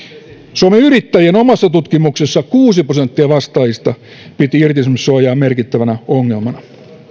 suomen yrittäjien omassa tutkimuksessa kuusi prosenttia vastaajista piti irtisanomissuojaa merkittävänä ongelmana